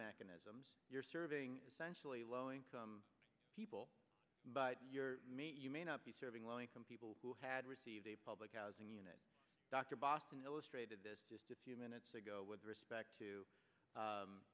mechanisms you're serving sensually low income people but you're you may not be serving low income people who had received a public housing unit dr boston illustrated this just a few minutes ago with respect to